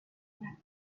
reptiles